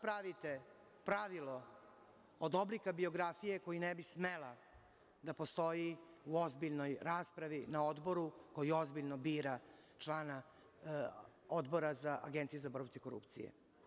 pravite pravilo od oblika biografije koji ne bi smela da postoji u ozbiljnoj raspravi na odboru koji ozbiljno bira člana Odbora Agencije za borbu protiv korupcije.